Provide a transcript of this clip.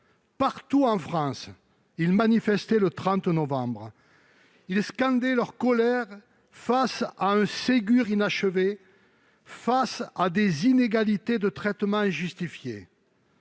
Partout en France, ils manifestaient le 30 novembre dernier. Ils scandaient leur colère face à un Ségur inachevé, à des inégalités de traitement injustifiées.